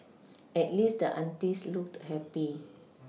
at least the aunties looked happy